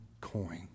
coin